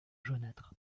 jaunâtre